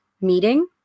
meeting